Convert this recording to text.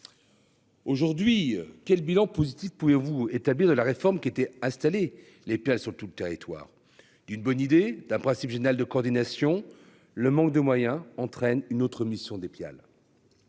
Aujourd'hui, quel bilan positif. Pouvez-vous établir de la réforme qui était installé les pièces sur tout le territoire d'une bonne idée d'un principe général de coordination. Le manque de moyens entraîne une autre mission des pial.